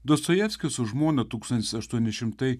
dostojevskis su žmona tūkstantis aštuoni šimtai